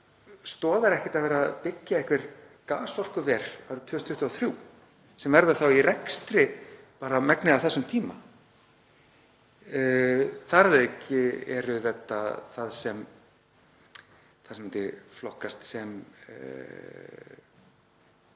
stoðar ekkert að vera að byggja einhver gasorkuver árið 2023 sem verða þá í rekstri megnið af þessum tíma. Þar að auki er þetta það sem flokkast —